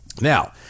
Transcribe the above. now